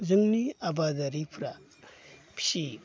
जोंनि आबादारिफ्रा फियो